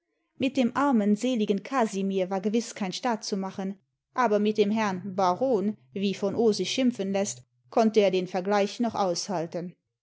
mit dem armen seligen casimir war gewiß kein staat zu machen aber mit dem herrn baron wie v o sich schimpfen läßt konnte er den vergleich noch aushalten